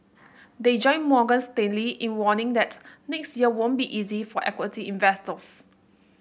they join Morgan Stanley in warning that next year won't be easy for equity investors